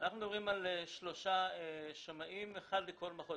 אנחנו מדברים על שלושה שמאים, אחד לכל מחוז.